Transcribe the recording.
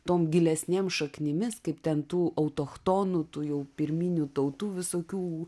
tom gilesnėm šaknimis kaip ten tų autochtonų tu jau pirminių tautų visokių